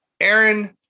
Aaron